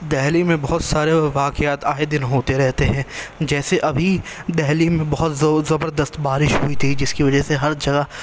دہلی میں بہت سارے واقعات آئے دن ہوتے رہتے ہیں جیسے ابھی دہلی میں بہت زور زبردست بارش ہوئی تھی جس کی وجہ سے ہر جگہ